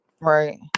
Right